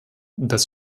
dass